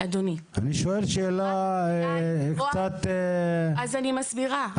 אני שואל שאלה קצת --- אז אני מסבירה.